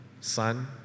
Son